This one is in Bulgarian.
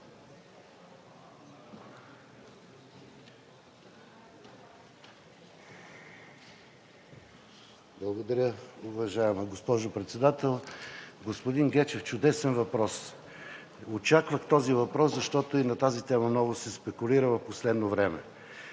Благодаря, уважаема госпожо Председател. Господин Гечев, чудесен въпрос. Очаквах този въпрос, защото и на тази тема много се спекулира в последно време.